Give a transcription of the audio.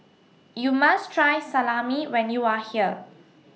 YOU must Try Salami when YOU Are here